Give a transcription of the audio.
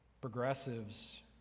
Progressives